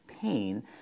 pain